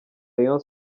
rayon